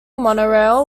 monorail